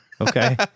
Okay